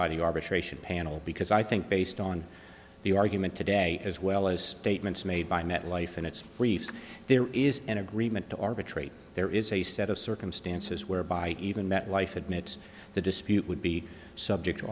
the arbitration panel because i think based on the argument today as well as statements made by metlife and its briefs there is an agreement to arbitrate there is a set of circumstances whereby even met life admits the dispute would be subject to